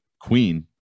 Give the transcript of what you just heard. Queen